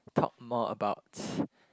talk more about